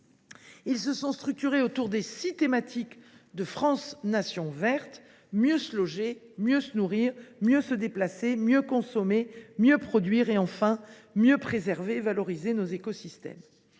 se sont structurés autour des six thématiques de France Nation verte : mieux se loger, mieux se nourrir, mieux se déplacer, mieux consommer, mieux produire et mieux préserver et valoriser nos écosystèmes.